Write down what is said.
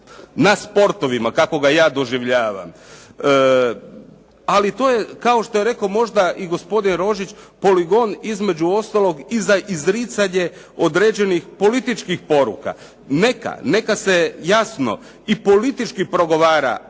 nad sportovima kako ga ja doživljavam. Ali to je kao što je rekao možda i gospodin Rožić, poligon između ostaloga i za izricanje određenih političkih poruka. Neka, neka se jasno i politički pregovara.